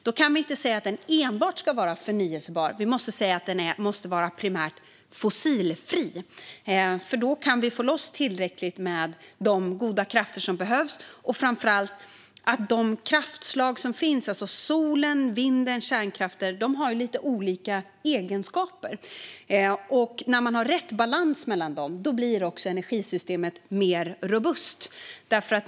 Då kan vi inte säga att den enbart ska vara förnybar; vi måste säga att den ska vara primärt fossilfri. Då kan vi få loss tillräckligt av de goda krafter som behövs. Framför allt kan de kraftslag som finns - solen, vinden och kärnkraften - och som har lite olika egenskaper ge ett mer robust energisystem när man har rätt balans mellan dem.